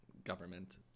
Government